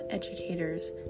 educators